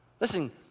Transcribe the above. Listen